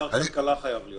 שר כלכלה חייב להיות.